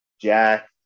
Jack